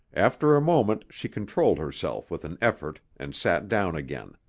after a moment she controlled herself with an effort and sat down again.